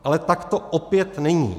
Ale tak to opět není!